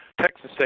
Texas